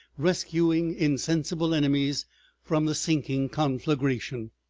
rescuing insensible enemies from the sinking conflagration.